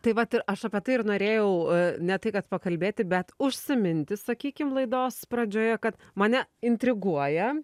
tai vat ir aš apie tai ir norėjau ne tai kad pakalbėti bet užsiminti sakykim laidos pradžioje kad mane intriguoja